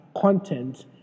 content